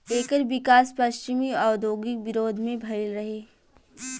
एकर विकास पश्चिमी औद्योगिक विरोध में भईल रहे